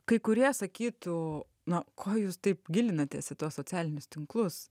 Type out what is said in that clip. kai kurie sakytų na ko jūs taip gilinatės į tuos socialinius tinklus